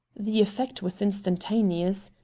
the effect was instantaneous.